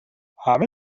همه